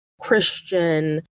Christian